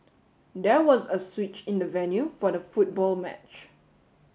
there was a switch in the venue for the football match